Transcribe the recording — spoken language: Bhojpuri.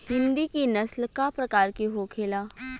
हिंदी की नस्ल का प्रकार के होखे ला?